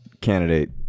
candidate